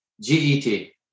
G-E-T